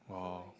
wow